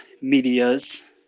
medias